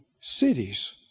cities